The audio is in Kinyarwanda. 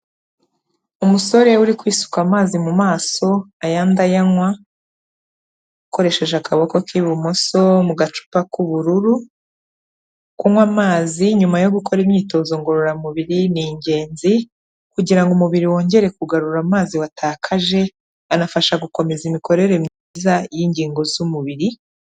Umusore uri kwisuka amazi mu maso ayandi ayanywa akoresheje akaboko k'ibumoso mu gacupa k'ubururu, kunywa amazi Gukora imyitozo ngororamubiri ni ingenzi kugira umubiri wongere kugarura amazi watakaje anafasha gukomeza imikorere myiza y'ingingo z'umubiri.